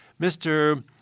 Mr